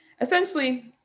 essentially